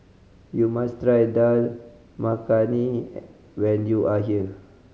you must try Dal Makhani when you are here